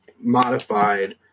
modified